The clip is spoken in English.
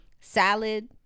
Salad